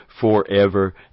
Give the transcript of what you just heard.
forever